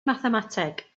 mathemateg